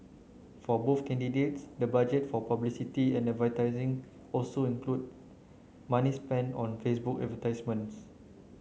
for both candidates the budget for publicity and advertising also included money spent on Facebook advertisements